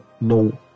no